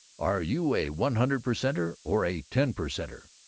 are you a one hundred percenter or a ten percenter?